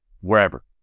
wherever